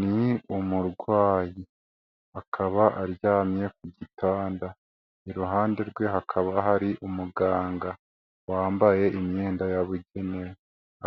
Ni umurwayi akaba aryamye ku gitanda, iruhande rwe hakaba hari umuganga wambaye imyenda yabugenewe